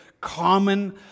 common